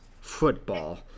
football